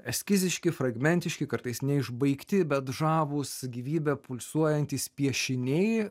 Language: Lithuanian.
eskiziški fragmentiški kartais neišbaigti bet žavūs gyvybe pulsuojantys piešiniai